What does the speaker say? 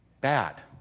bad